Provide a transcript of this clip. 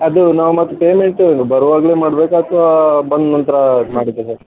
ಅದು ನಾವು ಮತ್ತೆ ಪೇಮೆಂಟು ಬರುವಾಗಲೇ ಮಾಡಬೇಕಾ ಅಥ್ವಾ ಬಂದ ನಂತರ ಇದು ಮಾಡಿದ್ರೆ